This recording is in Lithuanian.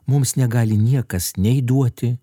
mums negali niekas nei duoti